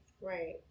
Right